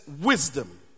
wisdom